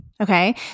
Okay